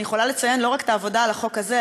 אני יכולה לציין לא רק את העבודה על החוק הזה,